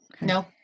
no